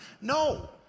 No